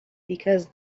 because